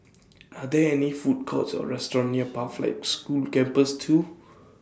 Are There any Food Courts Or restaurants near Pathlight School Campus two